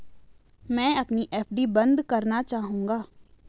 मैं अपनी एफ.डी बंद करना चाहूंगा